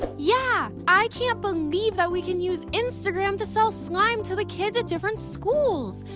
yeah, i can't believe that we can use instagram to sell slime to the kids at different schools!